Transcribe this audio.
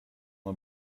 mal